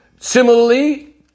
Similarly